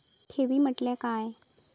ठेवी म्हटल्या काय?